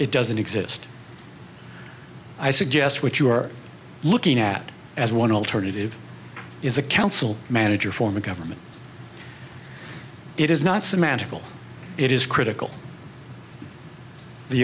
it doesn't exist i suggest what you're looking at as one alternative is a council manager form of government it is not semantical it is critical the